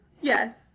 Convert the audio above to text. Yes